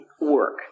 work